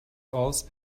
aus